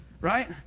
right